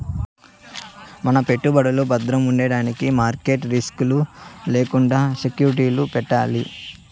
మన పెట్టుబడులు బద్రముండేదానికి మార్కెట్ రిస్క్ లు లేకండా సెక్యూరిటీలు పెట్టాలి